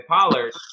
Pollard